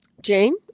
Jane